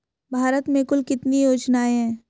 भारत में कुल कितनी योजनाएं हैं?